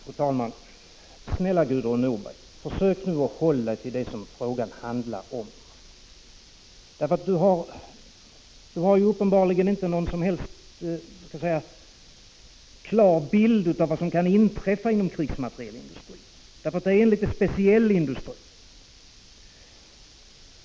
Fru talman! Men, Gudrun Norberg, försök nu att hålla er till det som frågan handlar om. Gudrun Norberg har uppenbarligen inte någon riktigt klar bild av vad som kan inträffa inom krigsmaterielindustrin, därför att det är en speciell industri.